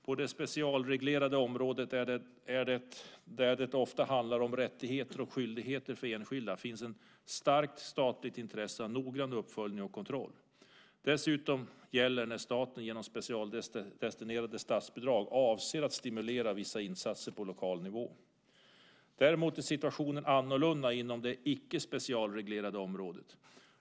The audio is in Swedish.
På det specialreglerade området, där det ofta handlar om rättigheter och skyldigheter för enskilda, finns ett starkt statligt intresse av noggrann uppföljning och kontroll. Detsamma gäller när staten genom specialdestinerade statsbidrag avser att stimulera vissa insatser på lokal nivå. Däremot är situationen annorlunda inom det icke specialreglerade området.